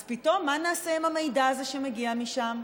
אז פתאום, מה נעשה אם המידע הזה שמגיע משם?